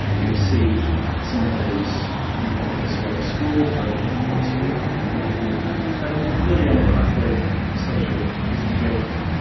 ah you'd see someone who is not doing so well at school, finding it difficult to make friends, really on a pathway to social disengagement.